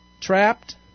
Trapped